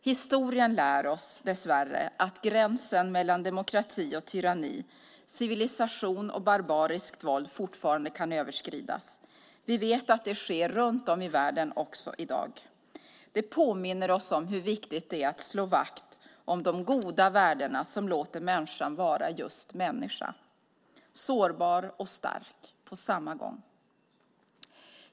Historien lär oss dessvärre att gränsen mellan demokrati och tyranni, civilisation och barbariskt våld fortfarande kan överskridas. Vi vet att det sker runt om i världen också i dag. Det påminner oss om hur viktigt det är att slå vakt om de goda värdena som låter människan vara just människa - sårbar och stark på samma gång.